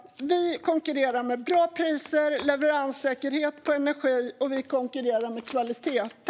Vi konkurrerar med bra priser, leveranssäkerhet på energi och kvalitet.